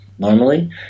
normally